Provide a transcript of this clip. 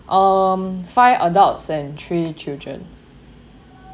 mm five adults and three children